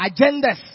agendas